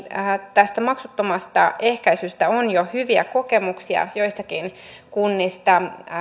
tästä maksuttomasta ehkäisystä on jo hyviä kokemuksia joistakin kunnista